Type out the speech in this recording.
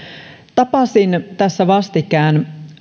tapasin tässä vastikään